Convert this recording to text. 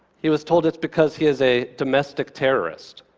he was told it's because he is a domestic terrorist,